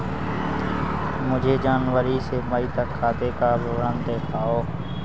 मुझे जनवरी से मई तक मेरे खाते का विवरण दिखाओ?